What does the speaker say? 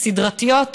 הן סדרתיות,